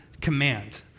command